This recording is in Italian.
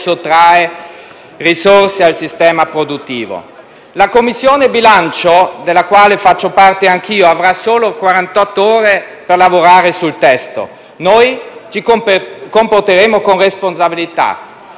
sottrae risorse al sistema produttivo. La Commissione bilancio, della quale faccio parte anch'io, avrà solo quarantotto ore per lavorare sul testo. Ci comporteremo con responsabilità,